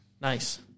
nice